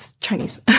Chinese